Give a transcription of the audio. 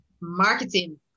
marketing